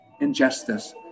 injustice